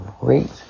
great